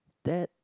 that